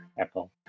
Apple